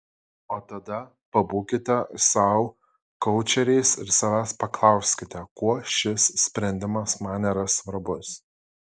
o tada pabūkite sau koučeriais ir savęs paklauskite kuo šis sprendimas man yra svarbus